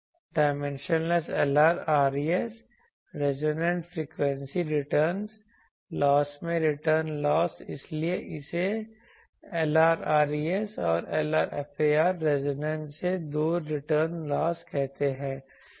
dimensionless Lr res resonant frequency return loss में return loss इसीलिए इसे Lr res और Lr far रेजोनेंस से दूर रिटर्न लॉस कहते हैं